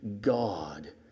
God